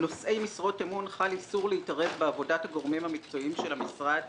חל איסור להתערב בעבודת הגורמים המקצועיים של המשרד,